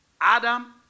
Adam